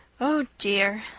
oh dear,